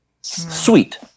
sweet